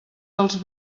dels